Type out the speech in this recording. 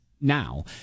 now